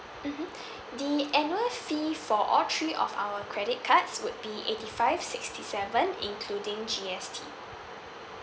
mmhmm the annual fee for all three of our credit cards would be eighty five sixty seven including G_S_T